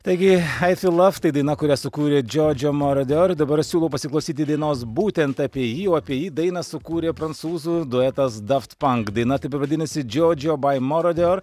taigi ai sy love tai daina kurią sukūrė džordžio morodior dabar siūlau pasiklausyti dainos būtent apie jį o apie jį dainą sukūrė prancūzų duetas daft pank daina taip ir vadinasi džordžio bai marodior